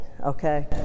okay